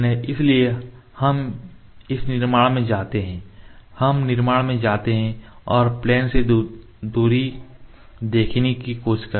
इसलिए हम इस निर्माण में जाते हैं हम निर्माण में जाते हैं और प्लेन से दूरी देखने की कोशिश करते हैं